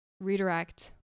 redirect